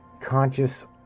conscious